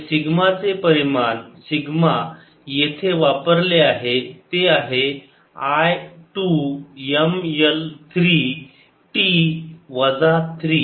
आणि सिग्मा चे परिमाण सिग्मा येथे वापरले आहे ते आहे I 2 M L 3 T वजा 3